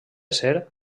ser